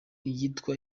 iyitwa